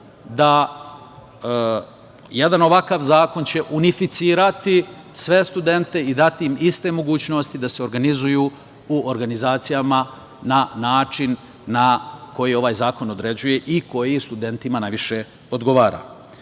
jedan ovakav zakon će unificirati sve studente i dati im iste mogućnosti da se organizuju u organizacijama na način koji ovaj zakon određuje i koji studentima najviše odgovara. Takođe,